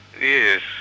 yes